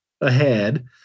ahead